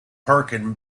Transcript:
perkin